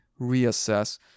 reassess